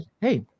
Hey